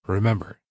Remember